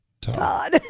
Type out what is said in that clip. Todd